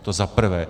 To za prvé.